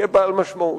יהיה בעל משמעות.